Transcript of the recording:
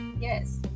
Yes